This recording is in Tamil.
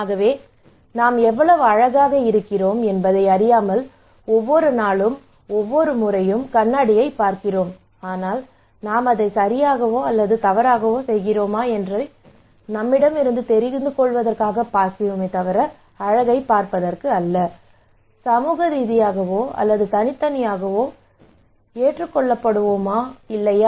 ஆகவே நாம் எவ்வளவு அழகாக இருக்கிறோம் என்பதை அறியாமல் ஒவ்வொரு நாளும் ஒவ்வொரு முறையும் கண்ணாடியைப் பார்க்கிறோம் ஆனால் நாம் அதைச் சரியாகவோ அல்லது தவறாகவோ செய்கிறோமா என்று நம்மிடமிருந்து தெரிந்து கொள்வது அது சமூக ரீதியாகவோ அல்லது தனித்தனியாகவோ ஏற்றுக்கொள்ளப்படுமா இல்லையா